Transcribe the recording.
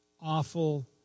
awful